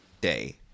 day